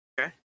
Okay